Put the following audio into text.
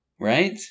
right